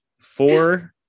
four